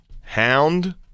Hound